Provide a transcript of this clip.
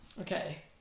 Okay